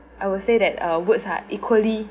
I would say that uh words are equally